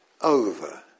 over